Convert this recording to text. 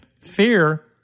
Fear